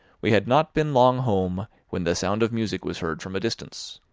we had not been long home when the sound of music was heard from a distance.